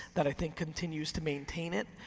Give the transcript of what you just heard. that i think continues to maintain it.